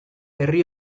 herri